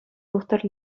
тухтӑр